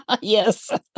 Yes